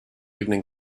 evening